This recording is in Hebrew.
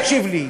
תקשיב לי,